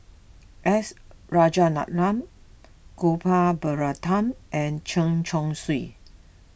S Rajaratnam Gopal Baratham and Chen Chong Swee